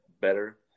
better